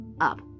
up